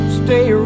stay